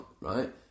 right